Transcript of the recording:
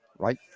Right